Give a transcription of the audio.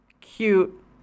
cute